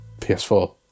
PS4